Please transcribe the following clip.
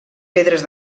pedres